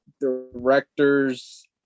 directors